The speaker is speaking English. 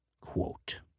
Quote